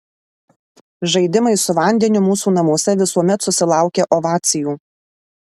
žaidimai su vandeniu mūsų namuose visuomet susilaukia ovacijų